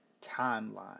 Timeline